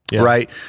Right